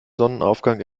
sonnenaufgang